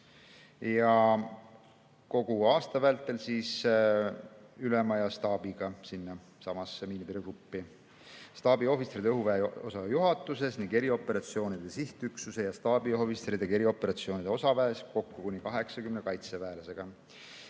ja kogu aasta vältel ülema ja staabiga sinna samasse miinitõrjegruppi, staabiohvitseridega õhuväeosa juhatuses ning erioperatsioonide sihtüksuse ja staabiohvitseridega erioperatsioonide osaväes kokku kuni 80 kaitseväelasega.